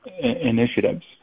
initiatives